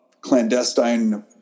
clandestine